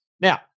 Now